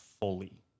fully